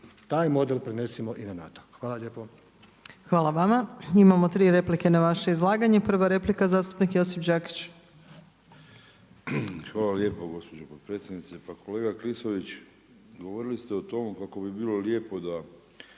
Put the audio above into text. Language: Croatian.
Taj model prenesimo i na NATO. Hvala lijepo. **Opačić, Milanka (SDP)** Hvala vama. Imamo tri replike na vaše izlaganje. Prva replika je zastupnik Josip Đakić. **Đakić, Josip (HDZ)** Hvala lijepo gospođo potpredsjednice. Pa kolega Klisović, govorili ste o tome kako bi bilo lijepo da